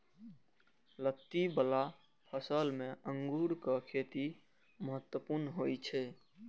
लत्ती बला फसल मे अंगूरक खेती महत्वपूर्ण होइ छै